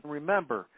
remember